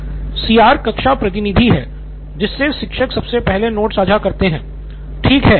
professor CR कक्षा प्रतिनिधि है जिससे शिक्षक सबसे पहले नोट्स साझा करता है